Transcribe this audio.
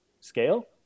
scale